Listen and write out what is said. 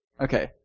Okay